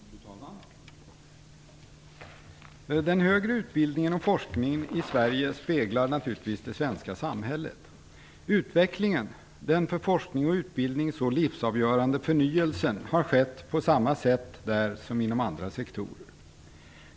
Fru talman! Den högre utbildningen och forskningen i Sverige speglar naturligtvis det svenska samhället. Utvecklingen, den för forskning och utbildning så livsavgörande förnyelsen, har skett på samma sätt där som inom andra sektorer.